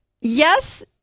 yes